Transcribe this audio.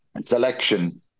selection